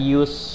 use